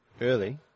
early